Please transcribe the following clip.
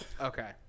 Okay